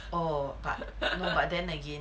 orh but no but then again